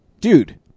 Dude